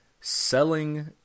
selling